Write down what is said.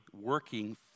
working